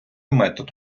метод